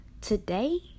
Today